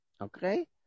Okay